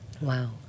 Wow